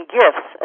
gifts